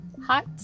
hot